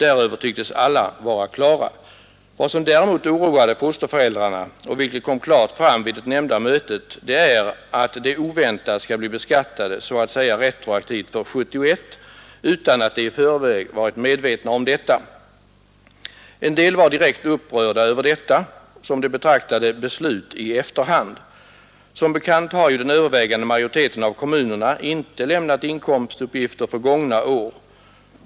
Däröver tycktes alla vara klara! Vad som däremot oroade fosterföräldrarna, vilket kom klart fram vid det nämnda mötet, är att de oväntat skall bli beskattade så att säga retroaktivt för 1971 utan att de i förväg varit medvetna om detta. En del var direkt upprörda över detta, som de betraktade som ett beslut i efterhand. Som bekant har den övervägande majoriteten av kommunerna inte lämnat inkomstuppgifter för gångna år.